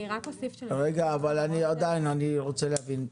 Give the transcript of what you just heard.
אני רוצה להבין.